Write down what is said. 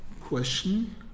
question